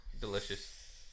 Delicious